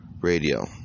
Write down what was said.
Radio